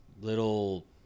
little